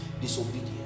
disobedience